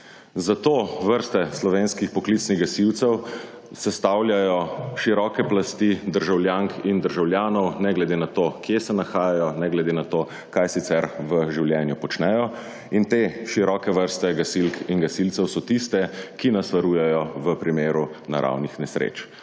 Zato vrste slovenskih poklicnih gasilcev sestavljajo široke plasti državljank in državljanov, ne glede na to, kje se nahajajo, ne glede na to, kaj sicer v življenju počnejo. In te široke vrste gasilk in gasilcev so tiste, ki nas varujejo v primeru naravnih nesreč,